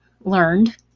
learned